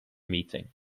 meeting